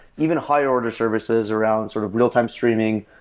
even higher order services around sort of real time streaming.